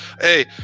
hey